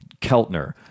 Keltner